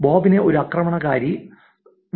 ബോബിനെ ഒരു ആക്രമണകാരി whuffo dot കോമി whuffo